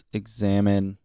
examine